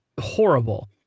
horrible